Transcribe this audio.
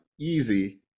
easy